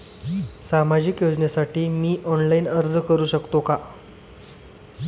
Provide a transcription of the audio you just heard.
सामाजिक योजनेसाठी मी ऑनलाइन अर्ज करू शकतो का?